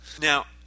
Now